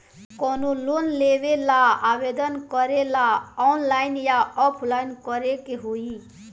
कवनो लोन लेवेंला आवेदन करेला आनलाइन या ऑफलाइन करे के होई?